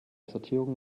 sortierung